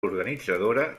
organitzadora